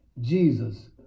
Jesus